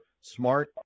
smart